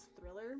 thriller